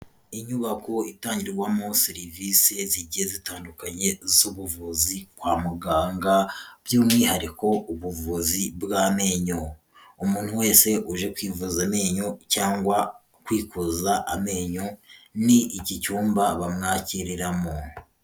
Inyubako itangirwamo serivisi zigiye zitandukanye z'ubuvuzi kwa muganga, by'umwihariko ubuvuzi bw'amenyo, umuntu wese uje kwivuza amenyo cyangwa kwikuza amenyo ni iki cyumba bamwakiriramo.